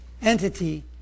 Entity